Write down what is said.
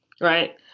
right